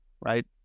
right